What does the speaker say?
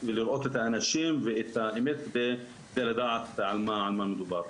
ולראות את האנשים כדי באמת לדעת על מה מדובר.